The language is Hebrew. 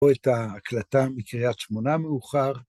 פה את ההקלטה מקריית שמונה מאוחר.